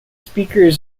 speakers